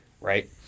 right